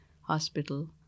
hospital